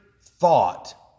thought